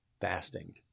fasting